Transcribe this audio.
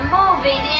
moving